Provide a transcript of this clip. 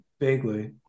Vaguely